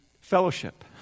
fellowship